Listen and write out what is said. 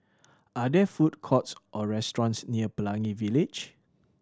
are there food courts or restaurants near Pelangi Village